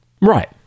Right